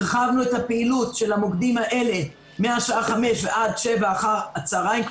הרחבנו את הפעילות של המוקדים האלה מהשעה 5 ועד 7 בערב.